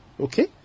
Okay